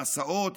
מסעות,